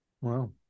Wow